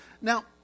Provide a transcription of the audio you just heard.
Now